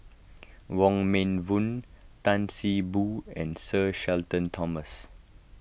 Wong Meng Voon Tan See Boo and Sir Shenton Thomas